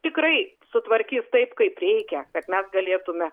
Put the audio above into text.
tikrai sutvarkys taip kaip reikia kad mes galėtume